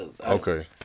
Okay